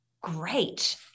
great